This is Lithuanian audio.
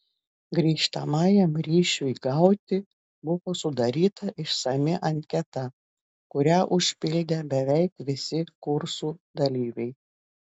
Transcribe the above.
grįžtamajam ryšiui gauti buvo sudaryta išsami anketa kurią užpildė beveik visi kursų dalyviai